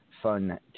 Fun